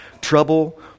trouble